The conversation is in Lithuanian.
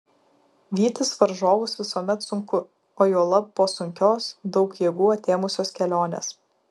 vytis varžovus visuomet sunku o juolab po sunkios daug jėgų atėmusios kelionės